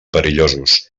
perillosos